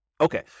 Okay